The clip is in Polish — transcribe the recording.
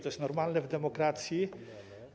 To jest normalne w demokracji.